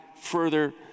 further